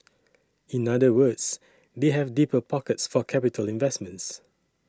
in other words they have deeper pockets for capital investments